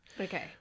Okay